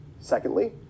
Secondly